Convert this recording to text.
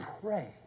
pray